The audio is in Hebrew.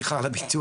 סליחה על הביטוי,